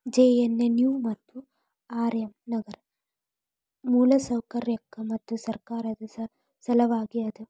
JNNU ಮತ್ತು RM ನಗರ ಮೂಲಸೌಕರ್ಯಕ್ಕ ಮತ್ತು ಸರ್ಕಾರದ್ ಸಲವಾಗಿ ಅದ